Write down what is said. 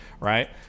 Right